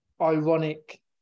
ironic